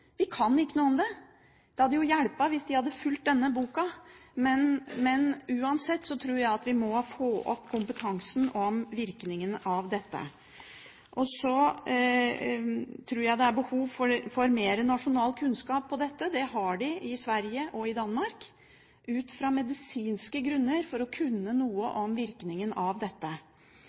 vi ikke noe om, vi kan ikke noe om det. Det hadde jo hjulpet hvis de hadde fulgt denne boken. Men uansett tror jeg vi må få opp kompetansen på virkningen av dette. Så tror jeg det er behov for mer nasjonal kunnskap her. Det har de i Sverige og Danmark, ut fra medisinske grunner for å kunne noe om virkningen.